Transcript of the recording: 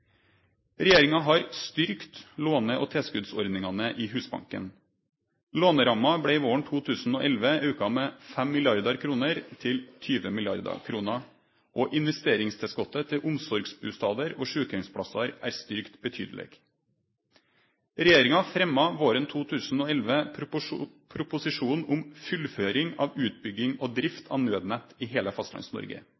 Regjeringa har styrkt låne- og tilskottsordningane i Husbanken. Låneramma blei våren 2011 auka med 5 mrd. kr til 20 mrd. kr, og investeringstilskottet til omsorgsbustader og sjukeheimsplassar er styrkt betydeleg. Regjeringa fremja våren 2011 proposisjonen om fullføring av utbygging og drift av